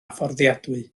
fforddiadwy